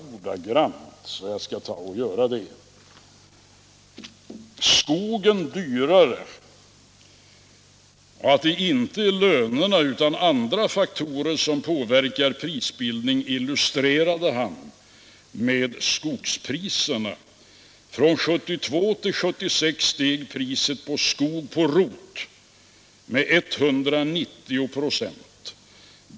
Jag skall läsa upp referatet: Skogen dyrare. Att det inte är lönerna utan andra faktorer som påverkar prisbildningen illustrerade han med skogspriserna. Från 1972-1976 steg priset på skog på rot med 190 ?6.